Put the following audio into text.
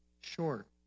short